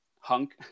Hunk